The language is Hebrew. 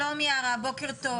שלום יערה, בוקר טוב.